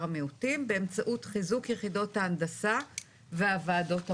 המיעוטים באמצעות חיזוק יחידות ההנדסה והוועדות המקומיות.